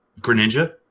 Greninja